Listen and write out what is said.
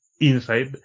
inside